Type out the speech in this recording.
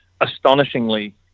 astonishingly